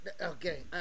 Okay